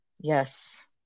yes